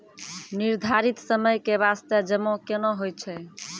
निर्धारित समय के बास्ते जमा केना होय छै?